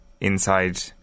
inside